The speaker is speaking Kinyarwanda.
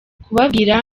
kubabwira